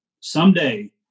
someday